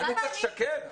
אני צריך לשקר?